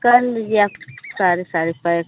कर लिया सारे सारे पएक